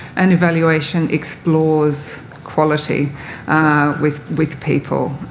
and evaluation explores quality with with people,